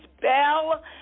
bell